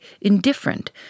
indifferent